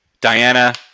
Diana